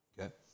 Okay